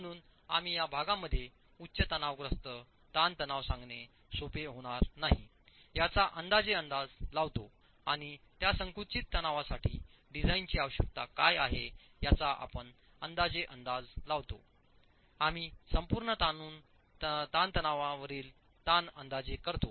म्हणून आम्ही या भागामध्ये उच्च तणावग्रस्त ताणतणाव सांगणे सोपे होणार नाही याचा अंदाजे अंदाज लावितो आणि त्या संकुचित तणावासाठी डिझाइनची आवश्यकता काय आहे याचा आपण अंदाजे अंदाज लावता आम्ही संपूर्ण ताणून ताणतणावावरील ताण अंदाजे करतो